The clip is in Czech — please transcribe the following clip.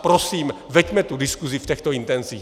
Prosím, veďme tu diskusi v těchto intencích!